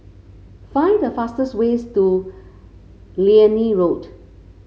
find the fastest ways to Liane Road